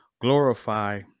glorify